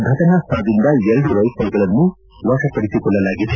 ಫಟನಾ ಸ್ಥಳದಿಂದ ಎರಡು ರೈಫಲ್ಗಳನ್ನು ವಶಪಡಿಸಿಕೊಳ್ಳಲಾಗಿದೆ